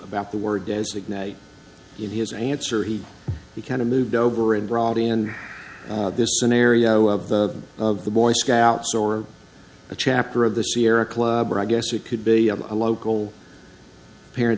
about the word designate you've used answer he he kind of moved over and brought in this scenario of the of the boy scouts or a chapter of the sierra club or i guess it could be a local parent